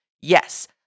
Yes